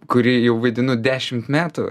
kurį jau vaidinu dešimt metų